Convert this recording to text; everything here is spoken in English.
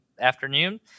afternoon